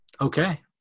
Okay